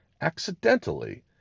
accidentally